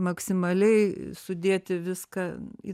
maksimaliai sudėti viską į